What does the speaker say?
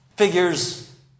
figures